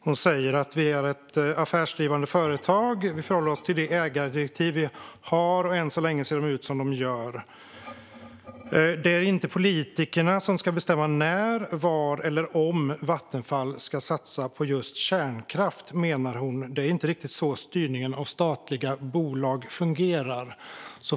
Hon säger: Vi är ett affärsdrivande företag och förhåller oss till de ägardirektiv vi har, och än så länge ser de ut som de gör. Det är inte politikerna som ska bestämma när, var eller om Vattenfall ska satsa på just kärnkraft, menar hon - det är inte riktigt så styrningen av statliga bolag fungerar.